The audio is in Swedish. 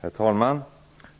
Herr talman!